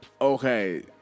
Okay